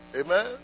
Amen